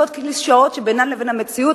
ועוד קלישאות שבינן לבין המציאות